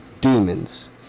Demons